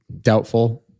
doubtful